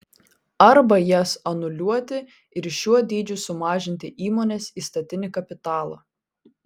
arba jas anuliuoti ir šiuo dydžiu sumažinti įmonės įstatinį kapitalą